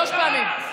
שלוש פעמים.